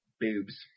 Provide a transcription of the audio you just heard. Boobs